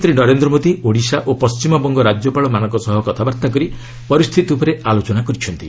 ପ୍ରଧାନମନ୍ତ୍ରୀ ନରେନ୍ଦ୍ର ମୋଦି ଓଡ଼ିଶା ଓ ପଣ୍ଢିମବଙ୍ଗ ରାଜ୍ୟପାଳମାନଙ୍କ ସହ କଥାବାର୍ତ୍ତା କରି ପରିସ୍ଥିତି ଉପରେ ଆଲୋଚନା କରିଛନ୍ତି